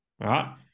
right